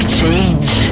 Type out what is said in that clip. change